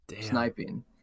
sniping